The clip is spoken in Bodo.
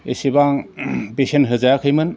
एसेबां बेसेन होजायाखैमोन